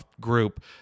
group